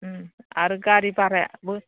आरो गारि भारायाबो